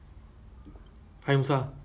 hi hamzah